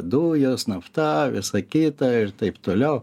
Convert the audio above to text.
dujos nafta visa kita ir taip toliau